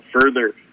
further